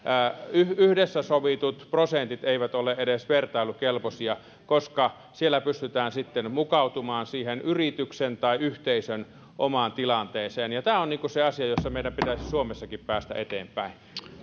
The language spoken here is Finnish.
yhdessä sovitut prosentit eivät ole edes vertailukelpoisia koska siellä pystytään sitten mukautumaan siihen yrityksen tai yhteisön omaan tilanteeseen tämä on se asia jossa meidän pitäisi suomessakin päästä eteenpäin